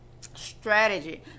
strategy